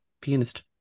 pianist